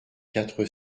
quatre